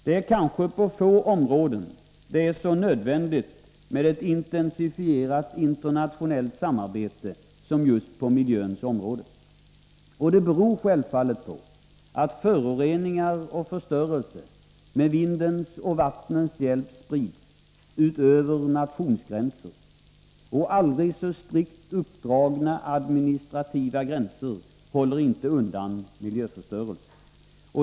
Det är kanske på få områden som det är så nödvändigt med ett intensifierat internationellt samarbete som på just miljöns område. Det beror självfallet på att föroreningar och förstörelse med vindens och vattnens hjälp sprids över nationsgränserna. Aldrig så strikt uppdragna administrativa gränser håller inte undan miljöförstörelsen.